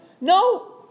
No